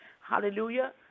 hallelujah